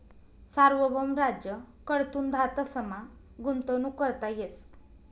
सार्वभौम राज्य कडथून धातसमा गुंतवणूक करता येस